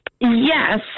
yes